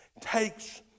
takes